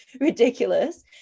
ridiculous